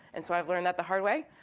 and so i've learned that the hard way.